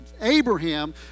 Abraham